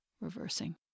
reversing